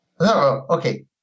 okay